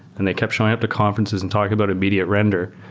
and they kept showing it to conferences and talking about immediate render.